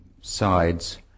sides